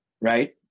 right